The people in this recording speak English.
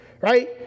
right